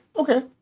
Okay